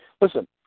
listen